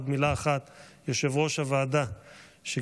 עוד מילה אחת על יושב-ראש הוועדה חבר הכנסת אייכלר,